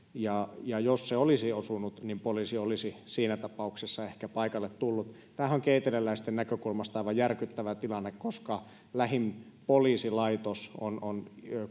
jos se olisi osunut niin poliisi olisi siinä tapauksessa ehkä paikalle tullut tämähän on keiteleläisten näkökulmasta aivan järkyttävä tilanne koska lähin poliisilaitos on on